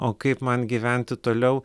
o kaip man gyventi toliau